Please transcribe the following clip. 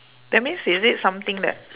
that means is it something that